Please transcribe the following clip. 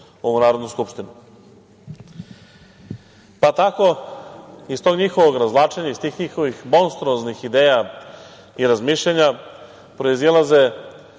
ovu Narodnu skupštinu. Pa tako, iz tog njihovog razvlačenja, iz tih njihovih monstruoznih ideja i razmišljanja proizilaze